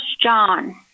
John